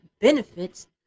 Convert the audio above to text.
benefits